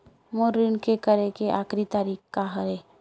मोर ऋण के करे के आखिरी तारीक का हरे?